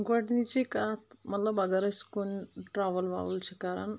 گۄڈٕنچی کتھ مطلب اگر أسۍ کُن ٹرول ووٕل چھِ کران